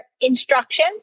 instruction